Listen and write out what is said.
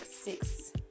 six